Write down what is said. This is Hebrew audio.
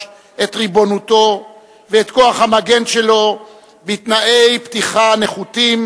את ריבונותו ואת כוח המגן שלו בתנאי פתיחה נחותים,